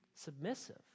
submissive